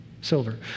silver